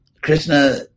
Krishna